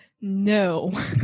No